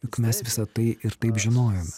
juk mes visa tai ir taip žinojome